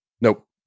Nope